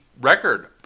record